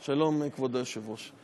שלום, כבוד היושב-ראש.